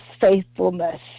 faithfulness